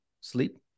sleep